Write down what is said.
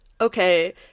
Okay